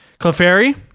Clefairy